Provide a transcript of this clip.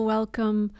Welcome